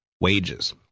wages